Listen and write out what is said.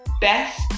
best